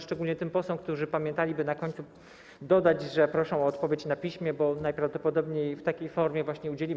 szczególnie tym posłom, którzy pamiętali, by na końcu dodać, że proszą o odpowiedź na piśmie, bo najprawdopodobniej w takiej formie właśnie jej udzielimy.